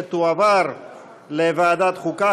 ותועבר לוועדת החוקה,